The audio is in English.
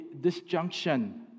disjunction